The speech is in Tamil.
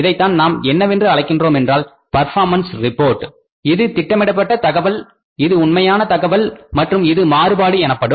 இதைத்தான் நாம் என்னவென்று அழைக்கின்றோமென்றால் பர்பாமன்ஸ் ரிப்போர்ட் இது திட்டமிடப்பட்ட தகவல் இது உண்மையான தகவல் மற்றும் இது மாறுபாடு எனப்படும்